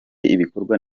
ibikorwa